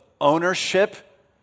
ownership